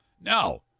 No